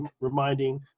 reminding